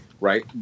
right